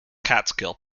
catskill